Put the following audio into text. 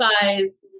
size